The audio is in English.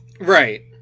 Right